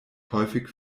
häufig